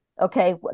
okay